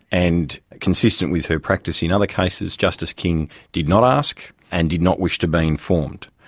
and consistent with her practice in other cases, justice king did not ask and did not wish to be informed.